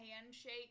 handshake